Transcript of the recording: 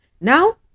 Now